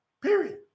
period